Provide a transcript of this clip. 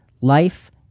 life